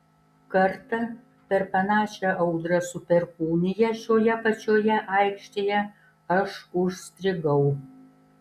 kartą per panašią audrą su perkūnija šioje pačioje aikštėje aš užstrigau